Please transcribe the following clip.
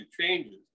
changes